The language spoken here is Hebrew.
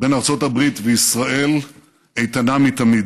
בין ארצות הברית לישראל איתנה מתמיד.